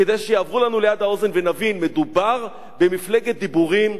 כדי שיעברו לנו ליד האוזן ונבין: מדובר במפלגת דיבורים,